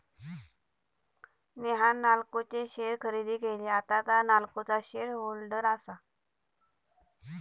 नेहान नाल्को चे शेअर खरेदी केले, आता तां नाल्कोचा शेअर होल्डर आसा